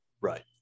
Right